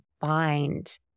find